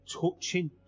touching